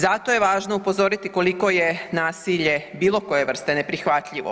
Zato je važno upozoriti koliko je nasilje, bilo koje vrste, neprihvatljivo.